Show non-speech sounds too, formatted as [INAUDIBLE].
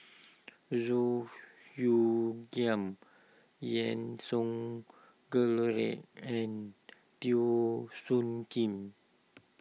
[NOISE] Zhu Xu Giam Yean Song [UNINTELLIGIBLE] and Teo Soon Kim